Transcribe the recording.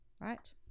right